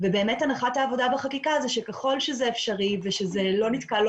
באמת הנחת העבודה בחקיקה היא שככל שזה אפשרי ושזה לא נתקל לא